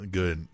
good